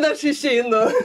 aš išeinu